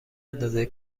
اندازه